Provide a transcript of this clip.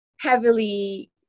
heavily